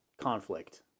conflict